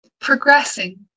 progressing